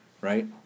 right